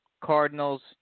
Cardinals